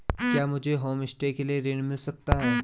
क्या मुझे होमस्टे के लिए ऋण मिल सकता है?